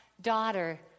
daughter